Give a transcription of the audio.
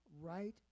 right